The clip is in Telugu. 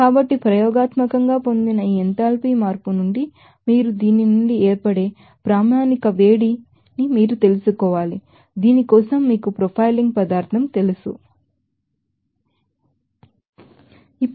కాబట్టి ప్రయోగాత్మకంగా పొందిన ఈ ఎంథాల్పీ మార్పు నుండి మీరు దీని నుండి ఏర్పడే స్టాండర్డ్ హీట్ని మీరు తెలుసుకోవాలి దీని కోసం మీకు ప్రొఫైలింగ్ పదార్థం తెలిసి ఉండాలి